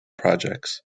projects